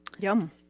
Yum